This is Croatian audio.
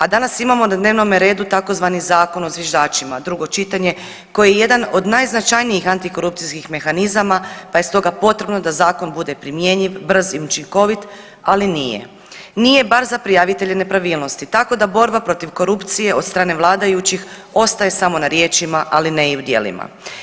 A danas imamo na dnevnome redu tzv. Zakon o zviždačima, drugo čitanje koji je jedan od najznačajnijih antikorupcijskih mehanizama, pa je stoga potrebno da zakon bude primjenjiv, brz i učinkovit ali nije, nije bar za prijavitelje nepravilnosti tako da borba protiv korupcije od strane vladajućih ostaje samo na riječima, ali ne i u djelima.